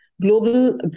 global